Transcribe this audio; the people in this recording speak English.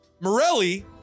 Morelli